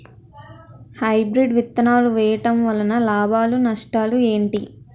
Hybrid విత్తనాలు వేయటం వలన లాభాలు నష్టాలు ఏంటి?